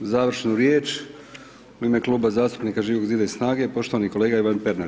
Završnu riječ u ime Kluba zastupnika Živog zida i SNAG-e poštovani kolega Ivan Pernar.